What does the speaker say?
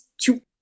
two